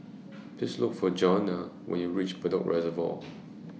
Please Look For Johnna when YOU REACH Bedok Reservoir